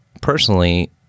Personally